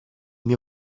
mio